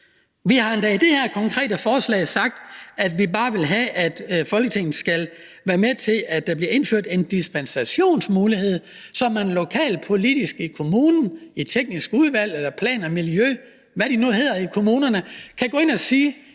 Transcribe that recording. Vi har endda i det her konkrete forslag sagt, at vi bare vil have, at Folketinget skal være med til, at der bliver indført en dispensationsmulighed, så man lokalt i kommunen, i teknisk udvalg eller i plan- og miljøudvalget, eller hvad de forskellige udvalg hedder i kommunerne, kan gå ind politisk